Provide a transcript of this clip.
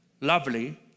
lovely